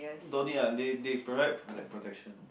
don't need ah they they provide protec~ protection